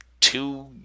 two